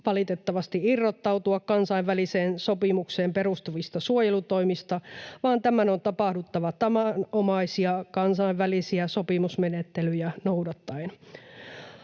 yksipuolisesti irrottautua kansainväliseen sopimukseen perustuvista suojelutoimista, vaan tämän on tapahduttava tavanomaisia kansainvälisiä sopimusmenettelyjä noudattaen.